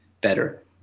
better